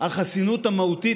החסינות המהותית,